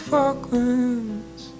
Falklands